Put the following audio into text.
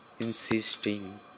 insisting